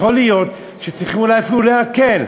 יכול להיות שצריכים אולי אפילו להקל.